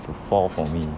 fall for me